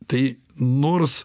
tai nors